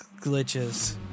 glitches